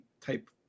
type